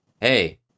Hey